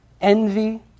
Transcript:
envy